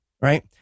right